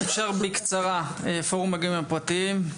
בבקשה, פורום הגנים הפרטיים.